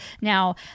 Now